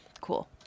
cool